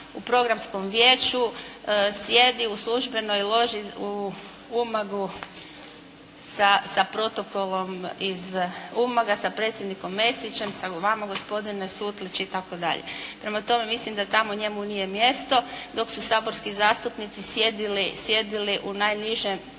u programskom vijeću sjedi u službenoj loži u Umagu sa protokolom iz Umaga, sa predsjednikom Mesićem, sa vama gospodine Sutlić itd. Prema tome, mislim da tamo njemu nije mjesto, dok su saborski zastupnici sjedili u najnižim